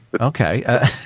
okay